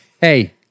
Hey